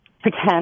pretend